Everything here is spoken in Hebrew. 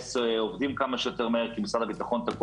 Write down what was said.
לגייס עובדים כמה שיותר מהר כי משרד הביטחון תקוע